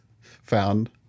found